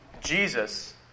Jesus